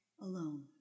alone